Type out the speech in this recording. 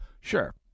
Sure